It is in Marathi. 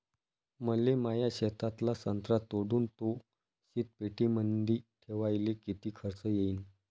मले माया शेतातला संत्रा तोडून तो शीतपेटीमंदी ठेवायले किती खर्च येईन?